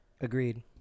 Agreed